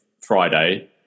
Friday